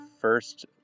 first